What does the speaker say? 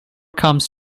comes